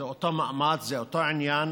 זה אותו מעמד, זה אותו עניין,